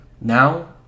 now